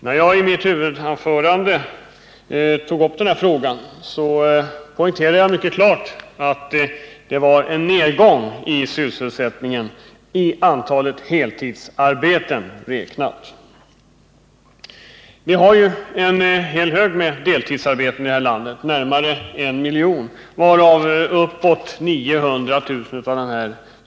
När jag i mitt huvudanförande tog upp denna fråga, poängterade jag mycket klart att det var en nedgång i sysselsättningen, i antalet heltidsarbeten räknat. Vi har ju närmare en miljon deltidsarbetande här i landet, varav uppemot 900 000 är kvinnor.